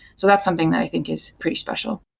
so that's something that i think is pretty special.